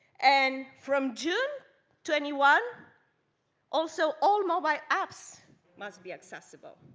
and from june twenty one also all mobile apps must be accessible